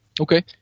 okay